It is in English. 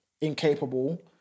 incapable